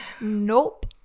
Nope